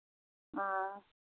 हां